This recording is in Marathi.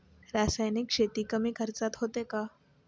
रासायनिक शेती कमी खर्चात होते का?